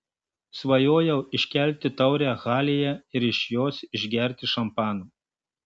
svajojau iškelti taurę halėje ir iš jos išgerti šampano